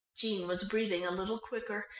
jean was breathing a little quicker.